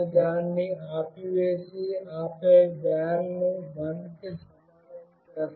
నేను దాన్ని ఆపివేసి ఆపై "val" ను 1 కి సమానం చేస్తాను